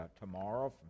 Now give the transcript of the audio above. tomorrow